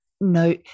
no